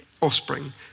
offspring